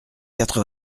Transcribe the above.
quatre